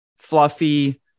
fluffy